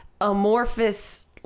amorphous